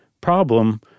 problem